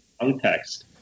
context